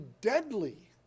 deadly